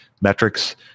metrics